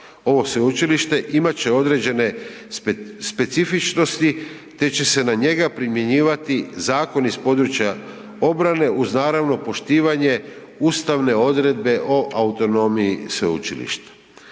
ovo sveučilište imat će određene specifičnosti te će se na njega primjenjivat zakon iz područja obrane uz naravno, poštivanje ustavne odredbe o autonomiji sveučilišta.